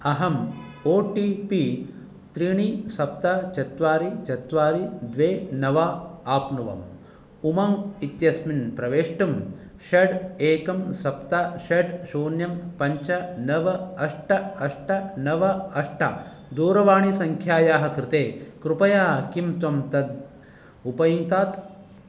अहम् O T P त्रीणि सप्त चत्वारि चत्वारि द्वे नव आप्नवम् उमङ्ग् इत्यस्मिन् प्रवेष्टुं षट् एकं सप्त षट् शुन्यं पञ्च नव अष्ट अष्ट नव अष्ट दूरवाणीसङ्ख्यायाः कृते कृपया किं त्वं तद् उपयुङ्क्तात्